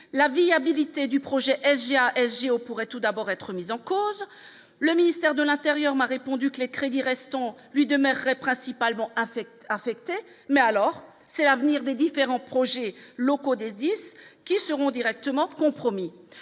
la viabilité du projet SGA SG pourrait tout d'abord, être mis en cause, le ministère de l'Intérieur, m'a répondu que les crédits restons lui demeurerait principalement insectes affectés mais alors c'est l'avenir des différents projets locaux des qui seront directement compromis,